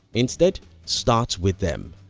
instead start with them.